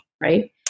right